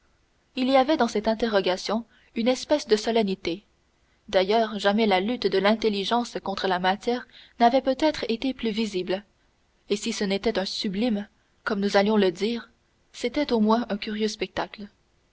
il y avait dans cet interrogatoire une espèce de solennité d'ailleurs jamais la lutte de l'intelligence contre la matière n'avait peut-être été plus visible et si ce n'était un sublime comme nous allions le dire c'était au moins un curieux spectacle